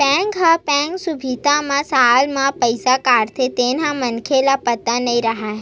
bank ह bank सुबिधा म साल म पईसा काटथे तेन ह मनखे ल पता नई रहय